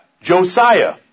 Josiah